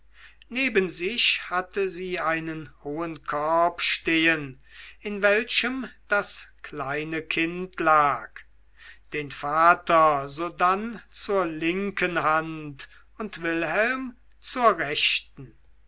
neben sich hatte sie einen hohen korb stehen in welchem das kleine kind lag den vater sodann zur linken hand und wilhelm zur rechten